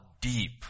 deep